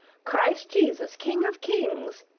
christ jesus, king of kings,